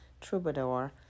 troubadour